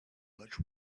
much